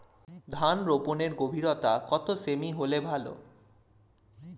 ধান রোপনের গভীরতা কত সেমি হলে ভালো?